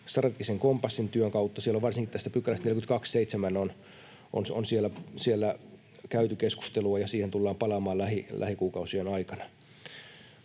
strategisen kompassin työn kautta. Siellä on varsinkin tästä 42.7:stä käyty keskustelua, ja siihen tullaan palaamaan lähikuukausien aikana.